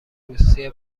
روسیه